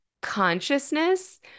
consciousness